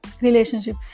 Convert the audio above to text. relationship